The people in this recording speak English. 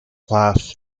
class